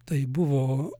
tai buvo